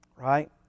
Right